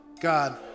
God